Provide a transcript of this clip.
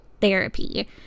therapy